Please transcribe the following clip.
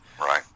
Right